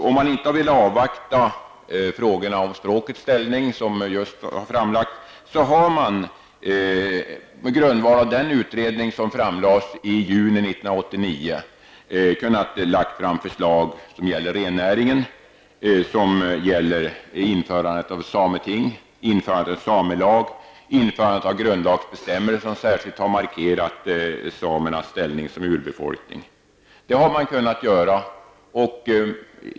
Om man inte hade velat avvakta rapporten om språkets ställning, som just har framlagts, hade man på grundval av den utredning som gjordes i juni 1989 kunnat lägga fram förslag som gällde rennäringen, införandet av sameting, införandet av samelag och grundlagsbestämmelser där samernas ställning som urbefolkning särskilt markeras. Det hade man kunnat göra.